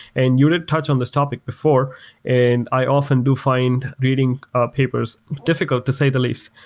and you did touch on this topic before and i often do find reading ah papers difficult to say the least.